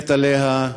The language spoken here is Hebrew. מת עליה,